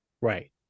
Right